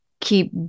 keep